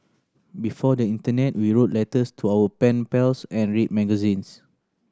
before the internet we wrote letters to our pen pals and read magazines